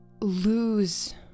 lose